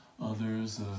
others